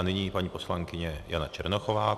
A nyní paní poslankyně Jana Černochová.